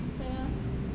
对吗